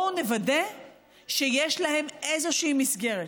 שיש להם איזושהי מסגרת,